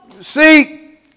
see